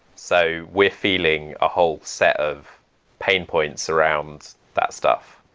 so we're filling a whole set of pain points around that stuff.